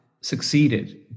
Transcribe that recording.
succeeded